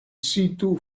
situ